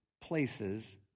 places